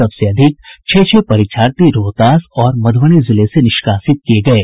सबसे अधिक छह छह परीक्षार्थी रोहतास और मधुबनी जिले से निष्कासित किये गये